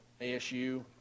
asu